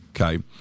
okay